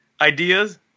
ideas